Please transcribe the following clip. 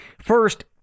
First